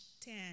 ten